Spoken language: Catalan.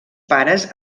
pares